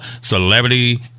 celebrity